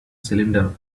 cylinder